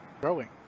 growing